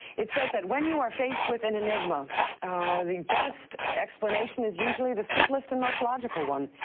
it says that when you are faced with an enigma the best explanation is usually the simplest and most logical one.